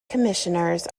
commissioners